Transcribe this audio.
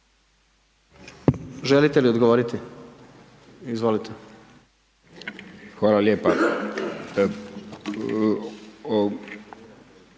Želite li odgovoriti? Izvolite. **Matešić,